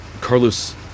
Carlos